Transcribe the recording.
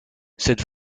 cette